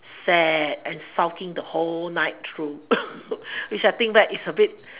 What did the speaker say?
sad and sulking the whole night through which I think back is a bit